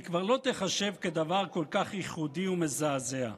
כבר לא תיחשב כדבר כל כך ייחודי ומזעזע.